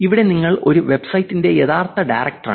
ഇവിടെ നിങ്ങൾ ഒരു വെബ്സൈറ്റിന്റെ യഥാർത്ഥ ഡയറക്ടറാണ്